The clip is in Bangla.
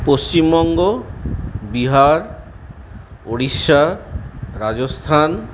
পশ্চিমবঙ্গ বিহার ওড়িষ্যা রাজস্থান